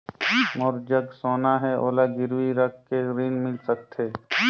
मोर जग सोना है ओला गिरवी रख के ऋण मिल सकथे?